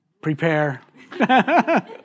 prepare